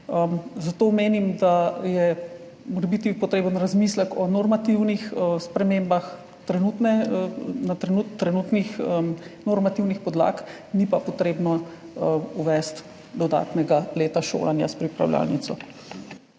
Zato menim, da je morebiti potreben razmislek o normativnih spremembah trenutnih normativnih podlag, ni pa potrebno uvesti dodatnega leta šolanja s pripravljalnico.